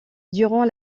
durant